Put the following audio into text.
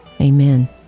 Amen